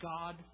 God